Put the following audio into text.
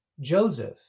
Joseph